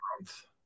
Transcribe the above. month